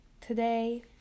today